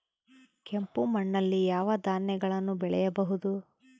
ಕೆಂಪು ಮಣ್ಣಲ್ಲಿ ಯಾವ ಧಾನ್ಯಗಳನ್ನು ಬೆಳೆಯಬಹುದು?